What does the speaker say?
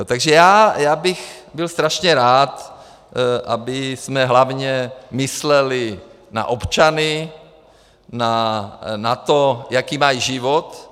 Takže bych byl strašně rád, abychom hlavně mysleli na občany, na to, jaký mají život.